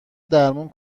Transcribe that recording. درمون